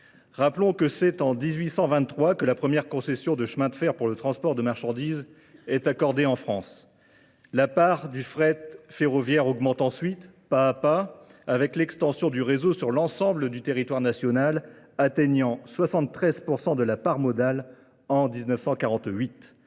Rappelons que c'est en 1823 que la première concession de chemin de fer pour le transport de marchandises est accordée en France. La part du fret ferroviaire augmente ensuite, pas à pas, avec l'extension du réseau sur l'ensemble du territoire national atteignant 73% de la part modale en 1948.